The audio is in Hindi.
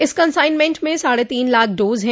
इस कंसाइनमेंट में साढ़े तीन लाख डोज है